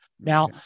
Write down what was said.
Now